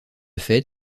fait